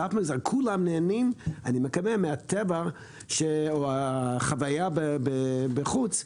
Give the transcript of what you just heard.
כולם נהנים מן הטבע או מן החוויה בחוץ.